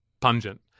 pungent